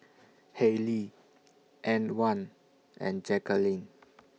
Haylie Antwan and Jaqueline